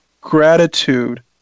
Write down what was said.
gratitude